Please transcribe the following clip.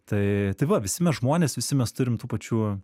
tai tai va visi mes žmonės visi mes turim tų pačių